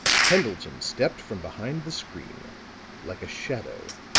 pendleton stepped from behind the screen like a shadow.